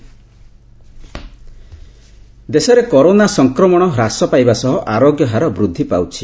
corona ଦେଶରେ corona ସଂକ୍ରମଣ ହ୍ରାସ ପାଇବା ସହ ଆରୋଗ୍ୟ ହାର ବୃଦ୍ଧି ପାଉଛି